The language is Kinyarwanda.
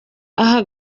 aha